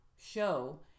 show